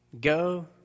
Go